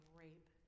rape